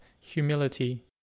humility